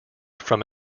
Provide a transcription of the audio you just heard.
from